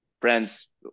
friends